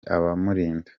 abamurinda